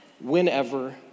whenever